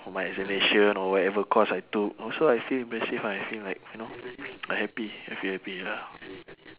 for my examination or whatever course I took also I feel impressive ah I feel like you know I happy I feel happy ya